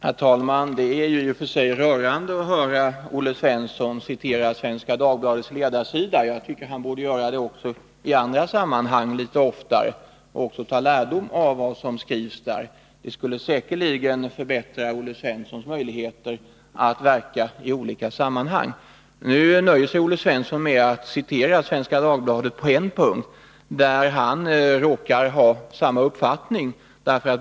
Herr talman! Det är i och för sig rörande att höra Olle Svensson citera Svenska Dagbladets ledarsida. Han borde göra det litet oftare och också ta lärdom av vad som skrivs där. Nu nöjer sig Olle Svensson med att citera Svenska Dagbladet på en punkt, där han råkar ha samma uppfattning.